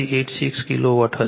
4586 kilowatt હશે